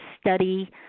study